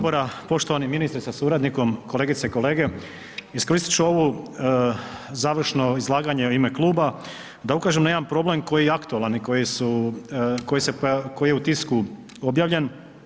Poštovani ministre sa suradnikom, kolegice i kolege, iskoristit ću ovo završno izlaganje u ime kluba da ukažem na jedan problem koji je aktualan i koji je u Tisku objavljen.